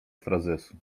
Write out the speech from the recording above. frazesu